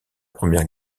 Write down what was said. première